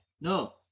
No